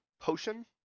potion